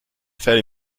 fell